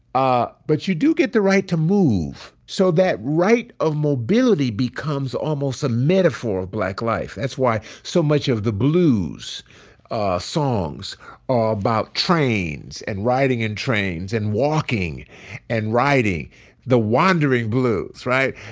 ah but you do get the right to move. so that right of mobility becomes almost a metaphor of black life. that's why so much of the blues songs are about trains and riding in trains and walking and riding the wandering blues, right?